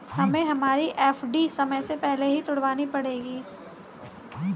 हमें हमारी एफ.डी समय से पहले ही तुड़वानी पड़ेगी